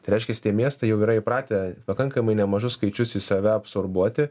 reiškias tie miestai jau yra įpratę pakankamai nemažus skaičius į save absorbuoti